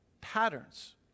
patterns